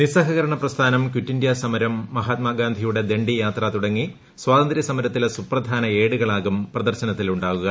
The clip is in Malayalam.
നിസ്സഹകരണ പ്രസ്ഥാനം ക്വിറ്റ് ഇന്ത്യാ സമരം മഹാത്മാഗാന്ധിയുടെ ദണ്ഡിയാത്ര തുടങ്ങി സ്വാതന്ത്ര്യസമരത്തിലെ സുപ്രധാന ഏടുകളാകും പ്രദർശനത്തിൽ ഉണ്ടാകുക